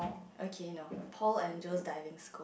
okay no Paul and Joe's Diving School